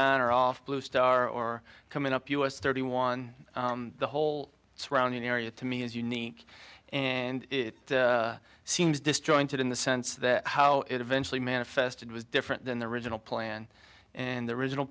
getting off bluestar or coming up u s thirty one the whole surrounding area to me is unique and it seems disjointed in the sense that how it eventually manifested was different than the original plan and the original